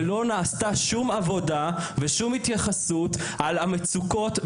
ולא נעשתה שום עבודה ושום התייחסות לגבי המצוקות,